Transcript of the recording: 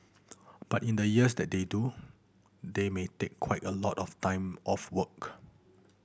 but in the years that they do they may take quite a lot of time off work